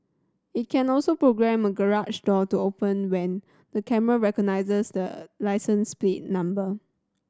it can also programme a garage door to open when the camera recognized the license number